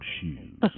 shoes